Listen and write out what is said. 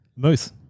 Moose